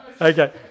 Okay